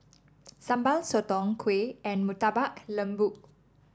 Sambal Sotong Kuih and Murtabak Lembu